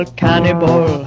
cannibal